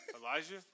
Elijah